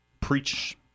preach